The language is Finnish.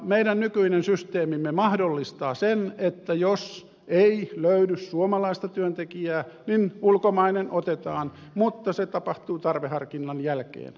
meidän nykyinen systeemimme mahdollistaa sen että jos ei löydy suomalaista työntekijää niin ulkomainen otetaan mutta se tapahtuu tarveharkinnan jälkeen